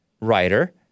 writer